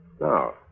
No